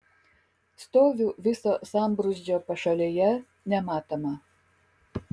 stoviu viso sambrūzdžio pašalėje nematoma